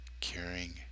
caring